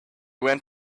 went